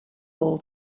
all